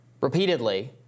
repeatedly